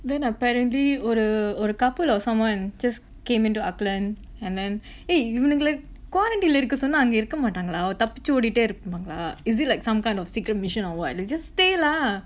then apparently ஒரு ஒரு:oru oru couple or someone just came into auckland and then !hey! இவனுங்கள:ivanungala quarantine lah இருக்க சொன்னா அங்க இருக்க மாட்டாங்களா தப்பிச்சு ஓடிட்டே இருப்பாங்களா:irukka sonnaa anga irukka maattaangalaa thappichu odittae iruppaangalaa is it like some kind of secret mission or what like just stay lah